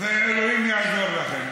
ואלוהים יעזור לכם.